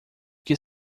que